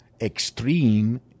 extreme